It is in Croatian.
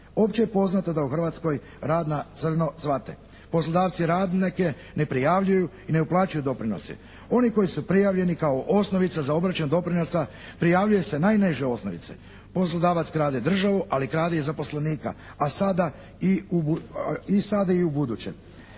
Opće je poznato da u Hrvatskoj rad na crno cvate. Poslodavci radnike ne prijavljuju i ne uplaćuju doprinose. Oni koji su prijavljeni kao osnovica za obračun doprinosa prijavljuju se najniže osnovice. Poslodavac krade državu ali krade i zaposlenika. A sada i, i sada